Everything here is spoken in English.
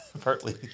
partly